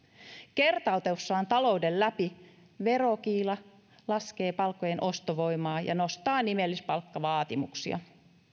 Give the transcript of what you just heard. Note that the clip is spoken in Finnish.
kertautuessaan talouden läpi verokiila laskee palkkojen ostovoimaa ja nostaa nimellispalkkavaatimuksia